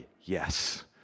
yes